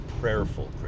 prayerful